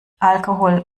alkohol